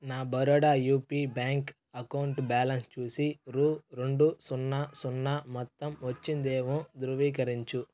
నా Baroda UP bank account balance చూసి రూ రెండు సున్నా సున్నా మొత్తం వచ్చిందేమో ధృవీకరించు